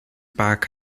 back